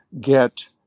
get